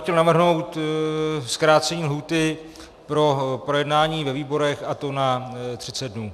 Chtěl bych navrhnout zkrácení lhůty pro projednání ve výborech, a to na 30 dnů.